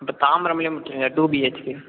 இப்போ தாம்பரமிலே முடிச்சுடுங்க டூ பிஹெச்கே